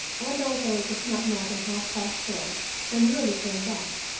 and although it was not more than half-past four when willie came back,